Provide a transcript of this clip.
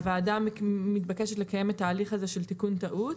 הוועדה מתבקשת לקיים את ההליך הזה של תיקון טעות.